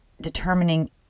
determining